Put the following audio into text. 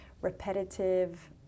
repetitive